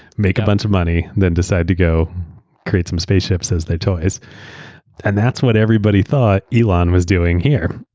make a bunch of money, then decide to go create some spaceships as their toys. and that's what everybody thought elon was doing here,